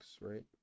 right